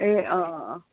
ए अँ अँ अँ